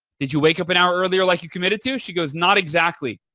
did you wake up an hour earlier like you committed to? she goes, not exactly.